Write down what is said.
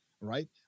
right